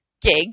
gig